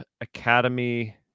academy